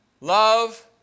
Love